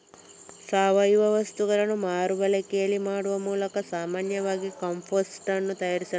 ಸಾವಯವ ವಸ್ತುಗಳನ್ನ ಮರು ಬಳಕೆ ಮಾಡುವ ಮೂಲಕ ಸಾಮಾನ್ಯವಾಗಿ ಕಾಂಪೋಸ್ಟ್ ಅನ್ನು ತಯಾರಿಸಲಾಗ್ತದೆ